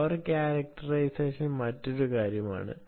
power characterisation മറ്റൊരു കാര്യമാണ്